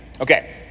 Okay